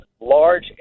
large